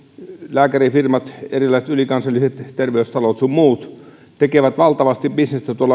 lääkärifirmat erilaiset ylikansalliset terveystalot sun muut tekevät valtavasti bisnestä